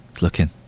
looking